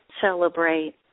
celebrate